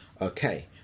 Okay